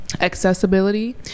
accessibility